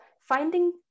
finding